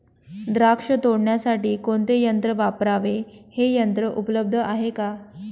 द्राक्ष तोडण्यासाठी कोणते यंत्र वापरावे? हे यंत्र उपलब्ध आहे का?